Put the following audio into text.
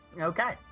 Okay